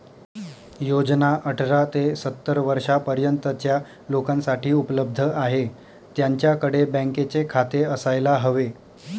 योजना अठरा ते सत्तर वर्षा पर्यंतच्या लोकांसाठी उपलब्ध आहे, त्यांच्याकडे बँकेचे खाते असायला हवे